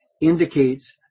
indicates